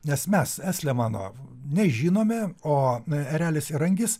nes mes estlemano nežinome o erelis ir angis